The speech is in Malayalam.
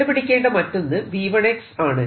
കണ്ടുപിടിക്കേണ്ട മറ്റൊന്ന് V1 ആണ്